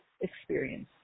experience